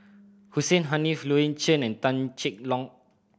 Hussein Haniff Louis Chen and Tan Cheng Lock